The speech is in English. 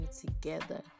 together